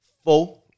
four